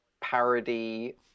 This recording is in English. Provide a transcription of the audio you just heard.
parody